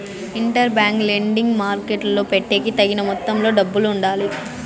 inter bank lending మార్కెట్టులో పెట్టేకి తగిన మొత్తంలో డబ్బులు ఉండాలి